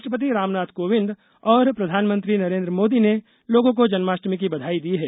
राष्ट्रपति रामनाथ कोविंद और प्रधानमंत्री नरेन्द्र मोदी ने लोगों को जनमाष्टमी की बधाई दी है